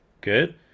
good